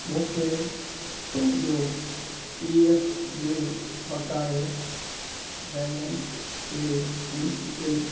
मूंखे पंहिंजो P F जी बकाए बैलेंस जे मुंतिकिल